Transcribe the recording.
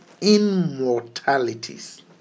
immortalities